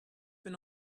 been